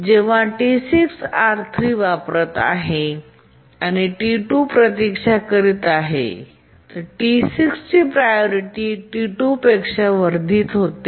जेव्हा T6 R3 वापरत आहे आणि T2 प्रतीक्षा करीत आहे T6 ची प्रायोरिटी T2 पेक्षा वर्धित होते